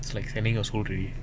it's like training a whole day